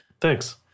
Thanks